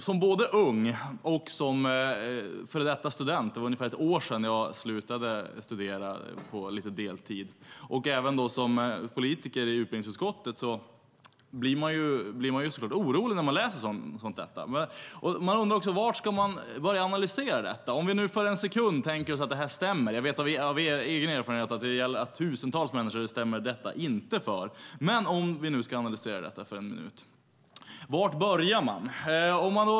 Som ung och före detta student - det var ungefär ett år sedan jag slutade studera på deltid - och även som politiker i utbildningsutskottet blir jag såklart orolig när jag läser detta. Man undrar också: Var ska man börja analysera detta, om vi nu för en sekund tänker oss att det här stämmer? Jag vet av egen erfarenhet att detta inte stämmer för tusentals människor. Men var börjar man, om vi nu ska analysera detta för en minut?